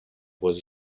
was